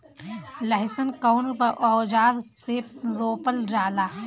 लहसुन कउन औजार से रोपल जाला?